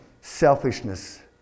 selfishness